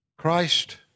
Christ